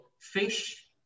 fish